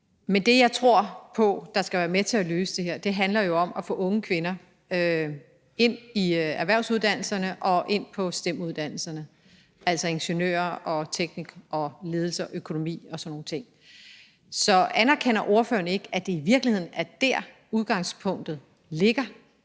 Men det, jeg tror på der skal være med til at løse det her, handler om at få unge kvinder ind i erhvervsuddannelserne og ind på STEM-uddannelserne, som altså handler om ingeniørvidenskab, teknik, ledelse og økonomi og sådan nogle ting. Så anerkender ordføreren ikke, at det i virkeligheden er der, udgangspunktet ligger,